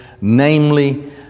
namely